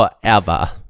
forever